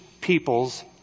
people's